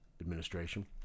administration